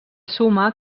suma